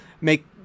make